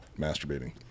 masturbating